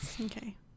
Okay